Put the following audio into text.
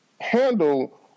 handle